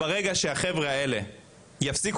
ברגע שתהיה הבנה ויש הבנה